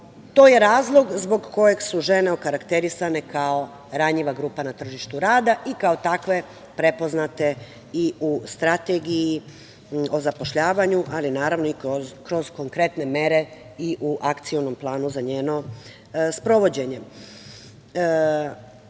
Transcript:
to je razlog zbog kojeg su žene okarakterisane kao ranjiva grupa na tržištu rada i kao takve prepoznate i u Strategiji o zapošljavanju, ali naravno i kroz konkretne mere i u akcionom planu za njeno sprovođenje. Dakle,